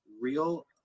real